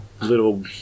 little